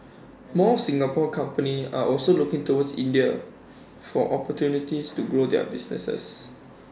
more Singapore companies are also looking towards India for opportunities to grow their businesses